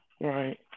Right